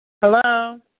Hello